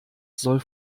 soll